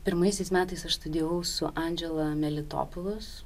pirmaisiais metais aš studijavau su andžela melitopulus